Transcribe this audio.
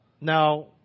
Now